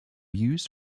used